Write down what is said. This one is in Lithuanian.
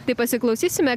tai pasiklausysime